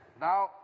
Now